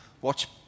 watch